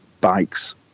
bikes